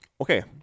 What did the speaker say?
Okay